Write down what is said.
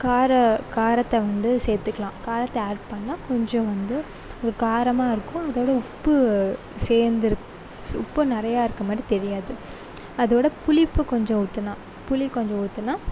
கார காரத்தை வந்து சேர்த்துக்கலாம் காரத்தை ஆட் பண்ணா கொஞ்சம் வந்து காரமாக இருக்கும் இதோட உப்பு சேர்ந்துருக் உப்பு நிறையா இருக்க மாதிரி தெரியாது அதோட புளிப்பு கொஞ்சம் ஊற்றுனா புளி கொஞ்சம் ஊற்றுனா